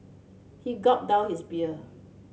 he gulped down his beer